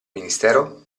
ministero